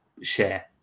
share